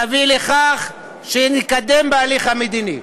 להביא לכך שנתקדם בהליך המדיני,